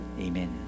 amen